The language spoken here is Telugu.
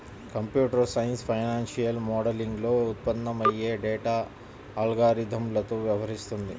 కంప్యూటర్ సైన్స్ ఫైనాన్షియల్ మోడలింగ్లో ఉత్పన్నమయ్యే డేటా అల్గారిథమ్లతో వ్యవహరిస్తుంది